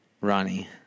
ronnie